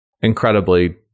incredibly